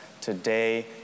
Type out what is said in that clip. today